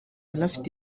anafite